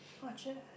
Orchard